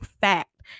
fact